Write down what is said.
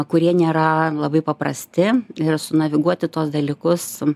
kurie nėra labai paprasti ir sunaviguoti tuos dalykus